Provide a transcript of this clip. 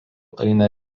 eina